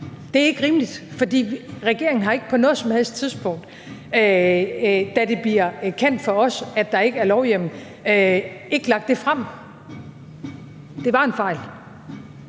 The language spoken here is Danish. Det er ikke rimeligt, for regeringen har ikke på noget som helst tidspunkt, da det bliver kendt for os, at der ikke er lovhjemmel, ikke lagt det frem. Det var en fejl,